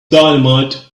dynamite